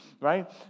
right